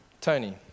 Tony